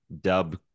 dub